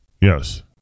Yes